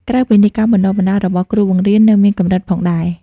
ក្រៅពីនេះ ការបណ្តុះបណ្តាលរបស់គ្រូបង្រៀននៅមានកម្រិតផងដែរ។